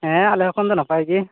ᱦᱮᱸ ᱟᱞᱮ ᱮᱠᱷᱚᱱ ᱫᱚ ᱱᱟᱯᱟᱭ ᱜᱮ